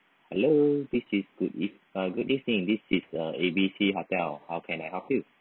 hello this is good ev~ uh good evening this is uh A B C hotel how can I help you